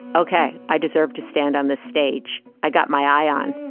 ok, i deserve to stand on this stage. i got my i on